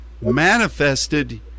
manifested